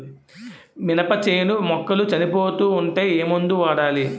మినప చేను మొక్కలు చనిపోతూ ఉంటే ఏమందు వాడాలి?